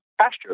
pasture